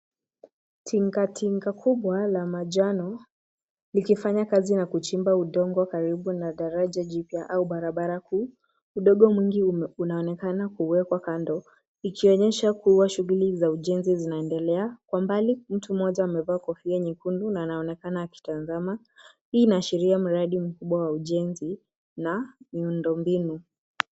Tinga tinga kubwa la manjano likifanya kazi na kuchimba udongo karibu na daraja jipya au barabara kuu. Udongo mwingi unaonekana kuwekwa kando ikionyesha kuwa shughuli za ujenzi zinaendelea. Kwa mbali mtu moja amevaa kofia nyekundu na anaonekana akitazama. Hii inaashiria mradi kubwa wa ujenzi na miundo mbinu.